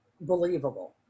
believable